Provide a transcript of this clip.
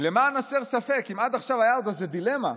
"למען הסר ספק" אם עד עכשיו הייתה עוד איזה דילמה,